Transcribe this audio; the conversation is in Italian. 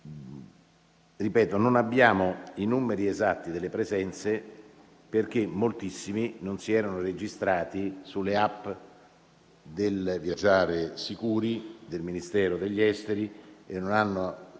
non abbiamo i numeri esatti delle presenze perché moltissimi non si erano registrati sull'*app* Viaggiare sicuri del Ministero degli esteri e non avevano